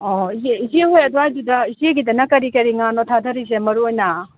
ꯑꯣ ꯏꯆꯦ ꯍꯣꯏ ꯑꯗ꯭ꯋꯥꯏꯗꯨꯗ ꯏꯆꯦꯒꯤꯗꯅ ꯀꯔꯤ ꯀꯔꯤ ꯉꯥꯅꯣ ꯊꯥꯗꯔꯤꯁꯦ ꯃꯔꯨ ꯑꯣꯏꯅ